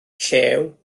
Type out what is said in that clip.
llew